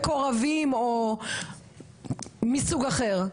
מקורבים או מסוג אחר?